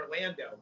Orlando